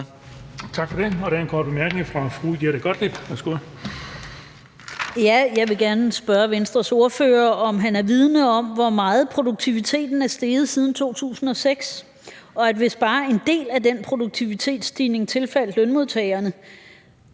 Tak for det. Der er en kort bemærkning fra fru Jette Gottlieb. Værsgo. Kl. 16:25 Jette Gottlieb (EL): Jeg vil gerne spørge Venstres ordfører, om han er vidende om, hvor meget produktiviteten er steget siden 2006, og om man, hvis bare en del at den produktivitetsstigning tilfaldt lønmodtagerne,